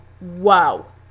wow